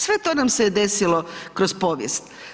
Sve to nam se je desilo kroz povijest.